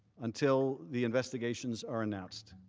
until the investigations are announced.